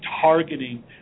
targeting